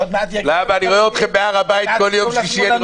עוד מעט יגיעו --- אני רואה אתכם בהר הבית כל יום שלישי,